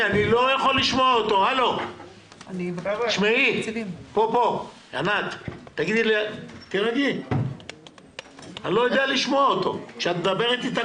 הות"ת העביר הרבה מאוד כספים שלא מספיקים לכל